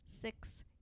six